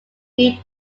few